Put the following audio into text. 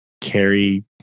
carry